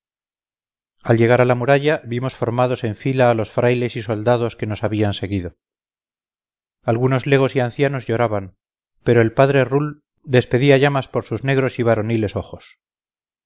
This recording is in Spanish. al llegar a la muralla vimos formados en fila a los frailes y soldados que nos habían seguido algunos legos y ancianos lloraban pero el padre rull despedía llamas por sus negros y varoniles ojos